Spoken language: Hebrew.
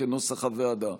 כנוסח הוועדה.